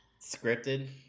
scripted